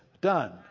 done